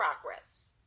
progress